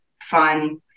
fun